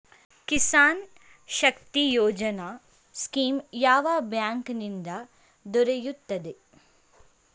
Kisan Shakti Yojana scheme ಯಾವ bank ನಿಂದ ದೊರೆಯುತ್ತದೆ?